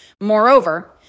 Moreover